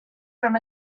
from